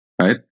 right